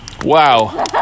Wow